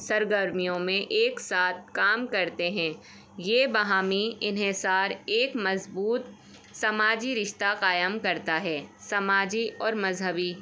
سرگرمیوں میں ایک ساتھ کام کرتے ہیں یہ باہمی انحصار ایک مضبوط سماجی رشتہ قائم کرتا ہے سماجی اور مذہبی